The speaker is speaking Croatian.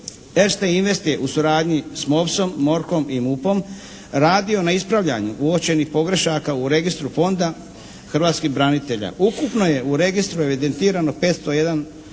invest je u suradnji sa MOVS-om, MORH-om i MUP-om radio na ispravljanju uočenih pogrešaka u registru Fonda hrvatskih branitelja. Ukupno je u registru evidentirano 501